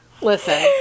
Listen